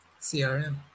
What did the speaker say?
CRM